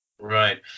Right